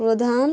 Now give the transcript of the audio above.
প্রধান